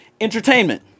Entertainment